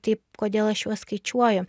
taip kodėl aš juos skaičiuoju